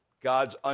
God's